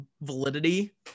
validity